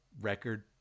record